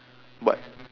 but